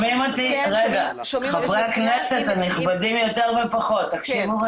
חברי הכנסת הנכבדים יותר ופחות, תקשיבו.